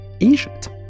Egypt